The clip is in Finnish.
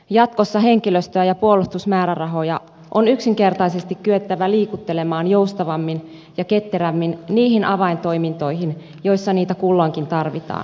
jatkossa henkilöstöä ja puolustusmäärärahoja on yksinkertaisesti kyettävä liikuttelemaan joustavammin ja ketterämmin niihin avaintoimintoihin joissa niitä kulloinkin tarvitaan